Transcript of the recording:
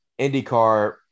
IndyCar